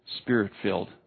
spirit-filled